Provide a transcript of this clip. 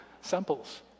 samples